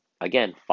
Again